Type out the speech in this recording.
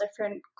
different